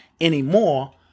anymore